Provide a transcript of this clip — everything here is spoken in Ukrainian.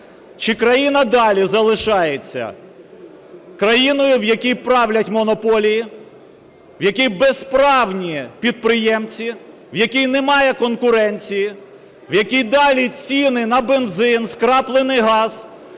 чи країна далі залишається країною, в якій правлять монополії, в якій безправні підприємці, в якій немає конкуренції, в якій далі ціни на бензин, скраплений газ